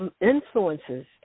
influences